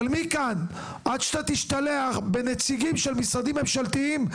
אבל מכאן עד שאתה תשתלח בנציגים של משרדים ממשלתיים,